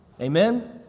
Amen